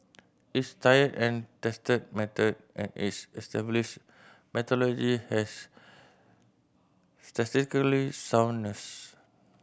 it's tried and tested method and it's established methodology has statistically soundness